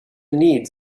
needs